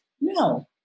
no